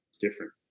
different